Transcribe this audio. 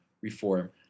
reform